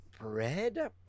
Bread